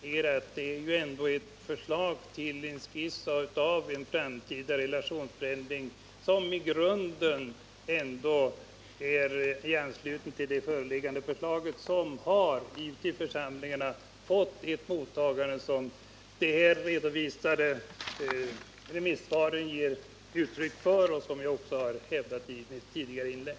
Herr talman! Jag noterar att det ändå är fråga om en skiss till en framtida relationsförändring som ute i församlingarna fått det mottagande som redovisas i remissvaren och som jag redogjorde för i mitt tidigare inlägg.